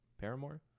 paramore